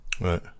Right